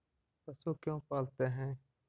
पशु क्यों पालते हैं?